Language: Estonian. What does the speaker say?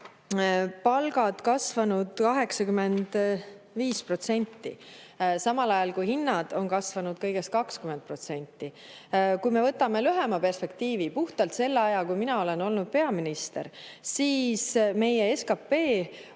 palgad kasvanud 85%, samal ajal kui hinnad on kasvanud kõigest 20%. Kui me vaatame lühemat perspektiivi, puhtalt seda aega, kui mina olen olnud peaminister, siis [näeme,